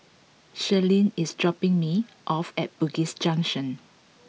Shirleen is dropping me off at Bugis Junction